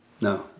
No